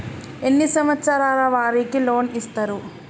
ఎన్ని సంవత్సరాల వారికి లోన్ ఇస్తరు?